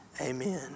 amen